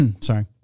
Sorry